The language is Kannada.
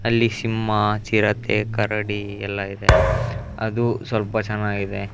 ಅಲ್ಲಿ ಸಿಂಹ ಚಿರತೆ ಕರಡಿ ಎಲ್ಲ ಇದೆ ಅದು ಸ್ವಲ್ಪ ಚೆನ್ನಾಗಿದೆ